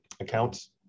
accounts